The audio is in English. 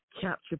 capture